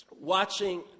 watching